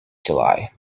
july